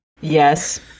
Yes